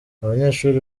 abanyeshuri